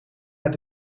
met